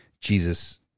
jesus